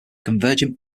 convergent